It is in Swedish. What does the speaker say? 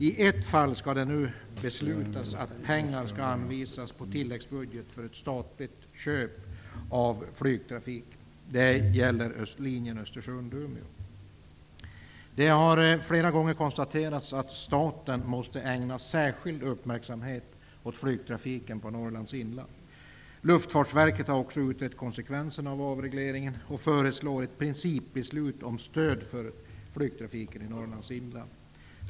I ett fall skall det nu beslutas att pengar skall anvisas på tilläggsbudget för ett statligt köp av flygtrafik. Det gäller linjen Östersund--Umeå. Det har flera gånger konstaterats att staten måste ägna särskild uppmärksamhet åt flygtrafiken i Norrlands inland. Luftfartsverket har också utrett konsekvenserna av avregleringen och föreslår ett principbeslut om stöd för flygtrafik i Norrlands inland.